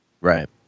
right